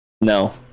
No